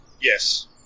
Yes